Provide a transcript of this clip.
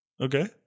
Okay